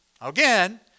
Again